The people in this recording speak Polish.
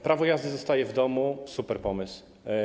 Prawo jazdy zostaje w domu - superpomysł.